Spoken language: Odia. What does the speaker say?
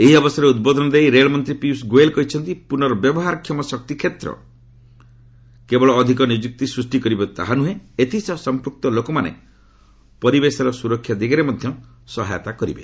ଏହି ଅବସରରେ ଉଦ୍ବୋଧନ ଦେଇ ରେଳ ମନ୍ତ୍ରୀ ପିୟଷ ଗୋଏଲ କହିଛନ୍ତି ପୁର୍ନବ୍ୟବହାର କ୍ଷମ ଶକ୍ତି କ୍ଷେତ୍ର କେବଳ ଅଧିକ ନିଯୁକ୍ତି ସୃଷ୍ଟି କରିବ ତାହା ନୁହେଁ ଏଥିସହ ସମ୍ପୁକ୍ତ ଲୋକମାନେ ପରିବେଶର ସୁରକ୍ଷା ଦିଗରେ ମଧ୍ୟ ସହାୟତା କରିବେ